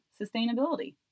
sustainability